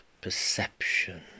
perception